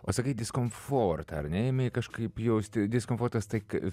o sakai diskomfortą ar ne imei kažkaip jausti diskomfortas tai